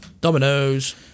Dominoes